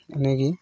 ᱱᱤᱭᱟᱹ ᱜᱮ